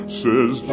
says